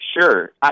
Sure